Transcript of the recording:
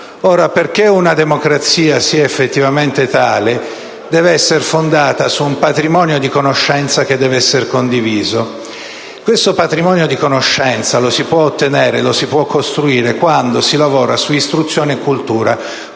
perché una democrazia sia effettivamente tale, deve essere fondata su un patrimonio di conoscenza che deve essere condiviso. Questo patrimonio di conoscenza lo si può ottenere e costruire quando si lavora su istruzione e cultura,